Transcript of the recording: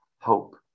hope